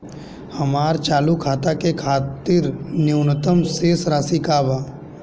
हमार चालू खाता के खातिर न्यूनतम शेष राशि का बा?